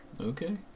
okay